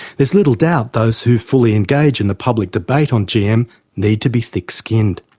there's little doubt those who fully engage in the public debate on gm need to be thick-skinned.